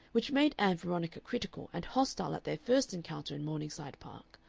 which made ann veronica critical and hostile at their first encounter in morningside park,